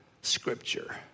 scripture